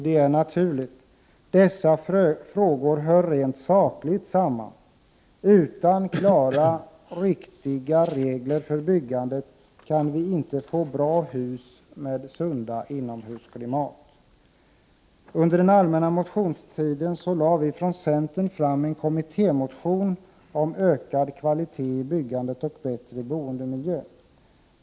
Det är naturligt. Dessa frågor hör rent sakligt samman. Utan klara och riktiga regler för byggandet kan vi inte få bra hus med sunda inomhusklimat. Under den allmänna motionstiden lade vi från centern fram en kommittémotion om ökad kvalitet i byggandet och bättre boendemiljö.